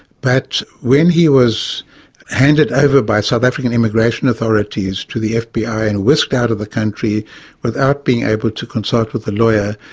but when he was handed over by south african immigration authorities to the fbi and whisked out of the country without being able to consult with a lawyer,